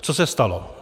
Co se stalo?